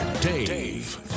Dave